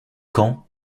quand